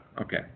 Okay